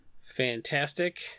fantastic